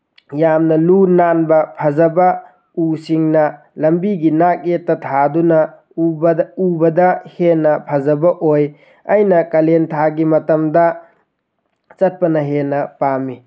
ꯌꯥꯝꯅ ꯂꯨ ꯅꯥꯟꯕ ꯐꯖꯕ ꯎꯁꯤꯡꯅ ꯂꯝꯕꯤꯒꯤ ꯅꯥꯛ ꯌꯦꯠꯇ ꯊꯥꯗꯨꯅ ꯎꯕꯗ ꯍꯦꯟꯅ ꯐꯖꯕ ꯑꯣꯏ ꯑꯩꯅ ꯀꯥꯂꯦꯟ ꯊꯥꯒꯤ ꯃꯇꯝꯗ ꯆꯠꯄꯅ ꯍꯦꯟꯅ ꯄꯥꯝꯃꯤ